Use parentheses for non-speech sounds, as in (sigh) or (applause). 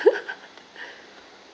(laughs)